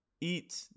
eat